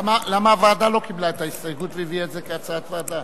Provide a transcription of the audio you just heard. למה הוועדה לא קיבלה את ההסתייגות והביאה את זה כהצעת ועדה?